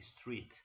street